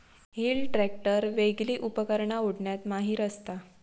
wheel tractor वेगली उपकरणा ओढण्यात माहिर असता